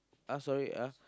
ah sorry ah